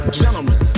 gentlemen